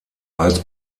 als